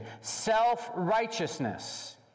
self-righteousness